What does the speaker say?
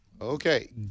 Okay